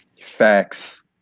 Facts